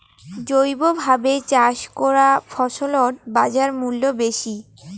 জৈবভাবে চাষ করা ফছলত বাজারমূল্য বেশি